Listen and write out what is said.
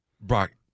Brock